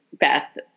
Beth